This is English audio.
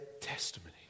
testimony